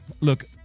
Look